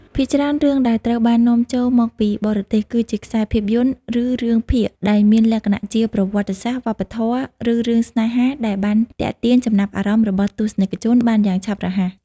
ភាគច្រើន រឿងដែលត្រូវបាននាំចូលមកពីបរទេសគឺជាខ្សែភាពយន្តឬរឿងភាគដែលមានលក្ខណៈជាប្រវត្តិសាស្រ្ត វប្បធម៌ ឬរឿងស្នេហាដែលបានទាក់ទាញចំណាប់អារម្មណ៍របស់ទស្សនិកជនបានយ៉ាងឆាប់រហ័ស។